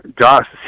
Josh